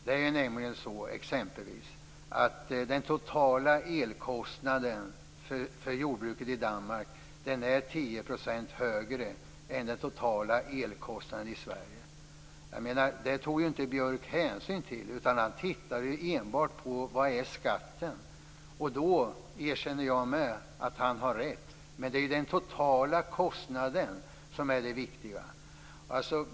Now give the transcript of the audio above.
Det är exempelvis så att den totala elkostnaden för jordbruket i Danmark är 10 % högre än den totala elkostnaden i Sverige. Det tog ju Björk inte hänsyn till. Han tittade enbart på skatten. Då erkänner också jag att han har rätt. Men det är den totala kostnaden som är det viktiga.